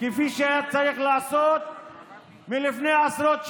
כפי שהיה צריך לעשות לפני עשרות שנים,